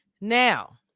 now